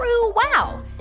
wow